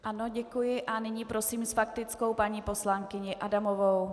Ano, děkuji a nyní prosím s faktickou paní poslankyni Adamovou.